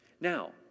Now